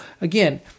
again